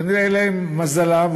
כנראה למזלם,